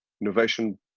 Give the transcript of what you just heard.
innovation